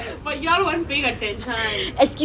but you all weren't paying attention